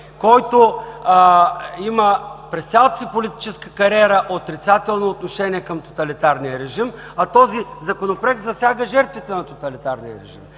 който има през цялата си политическа кариера отрицателно отношение към тоталитарния режим, а този Законопроект засяга жертвите на тоталитарния режим